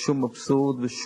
נדמה לי שיש חוק מגן-דוד-אדום,